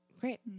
Great